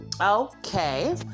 Okay